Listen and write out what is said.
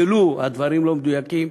ולו הדברים לא מדויקים,